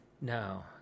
no